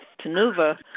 Tanuva